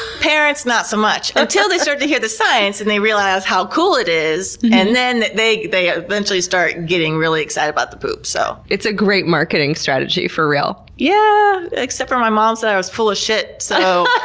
parents not so much, until they start to hear the science and they realize how cool it is. and then they they eventually start getting really excited about the poop. so it's a great marketing strategy for real. yeaaah yeah except for my mom said i was full of shit, so,